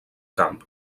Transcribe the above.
camp